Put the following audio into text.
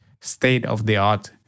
state-of-the-art